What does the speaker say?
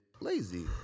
lazy